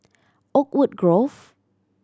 Oakwood Grove